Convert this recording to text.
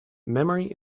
memory